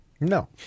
No